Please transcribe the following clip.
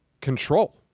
control